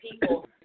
people